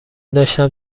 داشتم